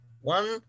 one